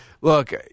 Look